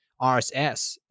RSS